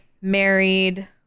married